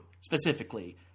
specifically